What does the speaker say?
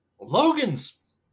Logan's